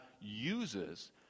uses